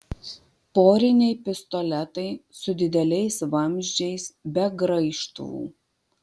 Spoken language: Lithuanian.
poriniai pistoletai su dideliais vamzdžiais be graižtvų